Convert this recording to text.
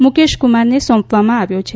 મુકેશ કુમારને સોંપવામાં આવ્યો છે